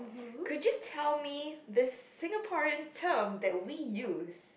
could you tell me this Singaporean term that we use